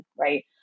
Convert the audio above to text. Right